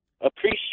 appreciate